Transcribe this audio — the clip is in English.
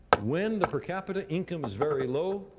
when the per capita income is very low,